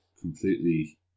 completely